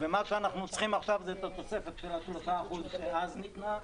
מה שאנחנו צריכים עכשיו זה את התוספת של ה-3% שאז ניתנה,